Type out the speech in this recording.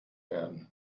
werden